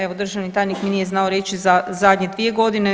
Evo državni tajnik mi nije znao reći za zadnje dvije godine.